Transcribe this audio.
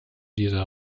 dieser